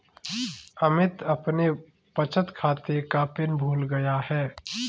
अमित अपने बचत खाते का पिन भूल गया है